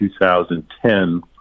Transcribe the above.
2010